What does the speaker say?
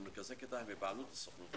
ומרכזי קליטה הם בבעלותה.